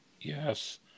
Yes